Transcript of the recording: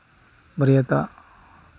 ᱵᱟᱹᱨᱭᱟᱹᱛᱚᱜ